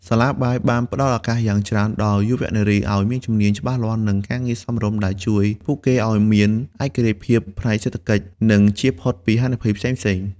សាលាបាយបានផ្តល់ឱកាសយ៉ាងច្រើនដល់យុវនារីឱ្យមានជំនាញច្បាស់លាស់ និងការងារសមរម្យ ដែលជួយពួកគេឱ្យមាន ឯករាជ្យភាពផ្នែកសេដ្ឋកិច្ច និងចៀសផុតពីហានិភ័យផ្សេងៗ។